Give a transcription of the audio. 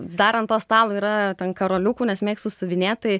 dar ant to stalo yra ten karoliukų nes mėgstu siuvinėt tai